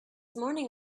morning